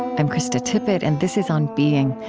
i'm krista tippett, and this is on being.